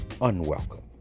unwelcome